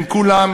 הם כולם